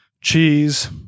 cheese